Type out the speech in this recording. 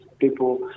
people